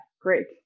Great